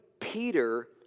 Peter